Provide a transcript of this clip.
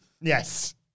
Yes